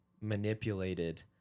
manipulated